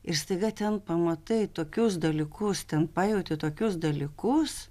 ir staiga ten pamatai tokius dalykus ten pajauti tokius dalykus